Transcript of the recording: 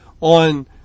on